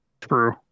true